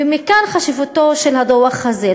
ומכאן חשיבותו של הדוח הזה.